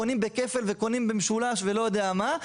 קונים בכפל וקונים במשולש ולא יודע מה,